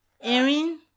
Erin